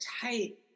tight